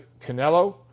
Canelo